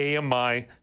AMI